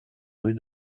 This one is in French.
rue